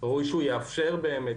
ראוי שהוא יאפשר באמת,